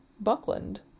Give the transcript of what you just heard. Buckland